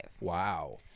Wow